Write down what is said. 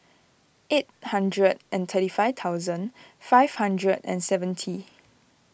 eight hundred and thirty five thousand five hundred and seventy